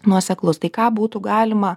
nuoseklus tai ką būtų galima